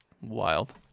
Wild